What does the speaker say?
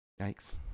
Yikes